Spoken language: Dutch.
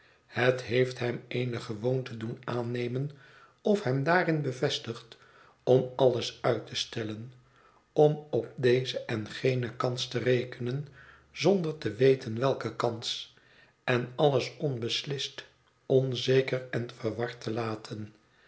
het heeft hem eene gewoonte doen aannemen of hem daarin bevestigd om alles uit te stellen om op deze en gene kans te rekenen zonder te weten welke kans en alles onbeslist onzeker en verward te laten